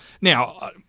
Now